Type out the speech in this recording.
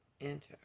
Enter